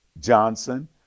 Johnson